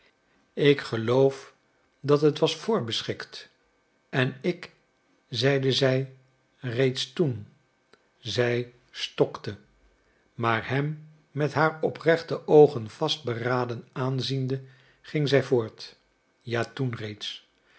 ik geloof dat het was voorbeschikt en ik zeide zij reeds toen zij stokte maar hem met haar oprechte oogen vastberaden aanziende ging zij voort ja toen reeds